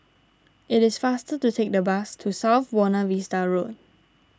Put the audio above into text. it is faster to take the bus to South Buona Vista Road